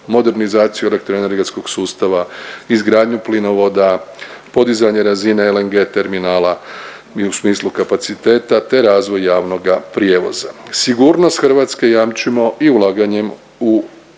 modernizaciju elektroenergetskog sustava, izgradnju plinovoda, podizanje razine LNG termina i u smislu kapaciteta, te razvoj javnoga prijevoza. Sigurnost Hrvatske jamčimo i ulaganjem u opremanje